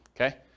okay